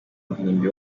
ruhimbi